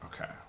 Okay